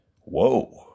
Whoa